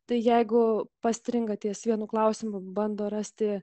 tai jeigu pats stringa ties vienu klausimu bando rasti